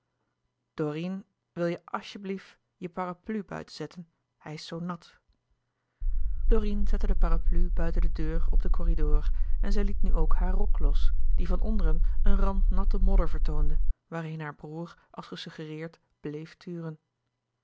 dorine wil je als je blief je parapluie buiten zetten hij is zoo nat dorine zette de parapluie buiten de deur op den corridor en zij liet nu ook haar rok los louis couperus de boeken der kleine zielen die van onderen een rand natte modder vertoonde waarheen haar broêr als gesuggereerd bleef turen